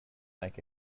like